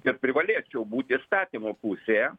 ir privalėčiau būt įstatymo pusėje